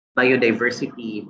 biodiversity